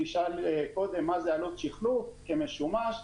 נשאל קודם מה זה נקרא עלות שיחלוף כמשומש.